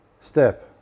step